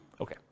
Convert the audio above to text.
Okay